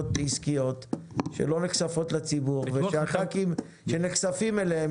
ועסקיות שלא נחשפות לציבור ושחברי הכנסת שנחשפים אליהם,